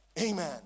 Amen